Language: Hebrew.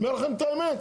אומר לכם את האמת.